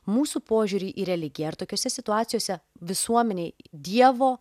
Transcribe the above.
mūsų požiūrį į religiją ar tokiose situacijose visuomenei dievo